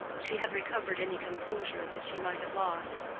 she had recovered any composure that she might have lost.